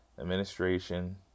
administration